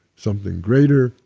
something greater,